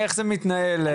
איך זה מתנהל בדרך כלל?